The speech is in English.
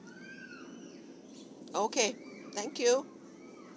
okay thank you